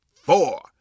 four